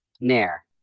Nair